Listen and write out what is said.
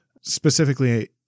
specifically –